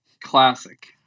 Classic